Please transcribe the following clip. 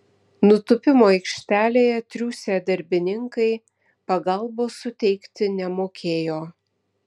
nutūpimo aikštelėje triūsę darbininkai pagalbos suteikti nemokėjo